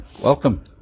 Welcome